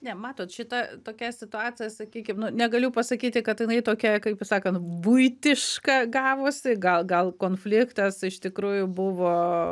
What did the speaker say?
ne matot šita tokia situacija sakykim nu negaliu pasakyti kad jinai tokia kaip sakan buitiška gavosi gal gal konfliktas iš tikrųjų buvo